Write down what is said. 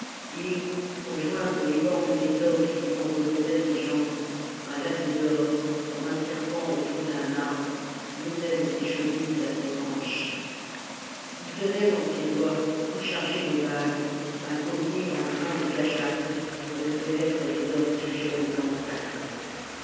et pour joindre les bandes d'étoffes qui enveloppaient ses jambes un lacet d'or comme un serpent autour d'un arbre montait de ses chevilles à ses hanches ii tenait dans ses doigts tout chargés de bagues un collier en grains de gagates pour reconnaître les hommes sujets au mal sacré